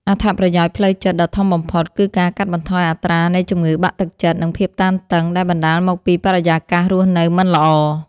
អត្ថប្រយោជន៍ផ្លូវចិត្តដ៏ធំបំផុតគឺការកាត់បន្ថយអត្រានៃជំងឺបាក់ទឹកចិត្ត និងភាពតានតឹង ដែលបណ្ដាលមកពីបរិយាកាសរស់នៅមិនល្អ។